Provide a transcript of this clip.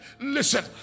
Listen